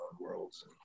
worlds